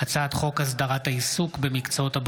הצעת חוק הגנת הצרכן (תיקון,